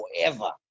forever